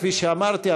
כפי שאמרתי,